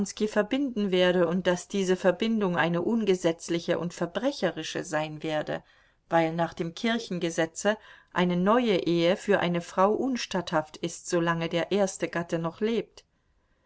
verbinden werde und daß diese verbindung eine ungesetzliche und verbrecherische sein werde weil nach dem kirchengesetze eine neue ehe für eine frau unstatthaft ist solange der erste gatte noch lebt